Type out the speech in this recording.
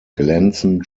glänzend